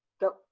Go